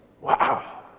Wow